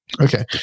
okay